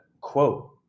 quote